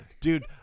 Dude